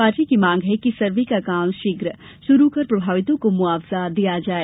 party की मांग है कि सर्वे का काम शीघ्र शुरू कर प्रभावितों को मुआवजा दिया जाये